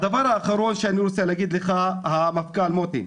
דבר האחרון שאני רוצה להגיד לך המפכ"ל מוטי.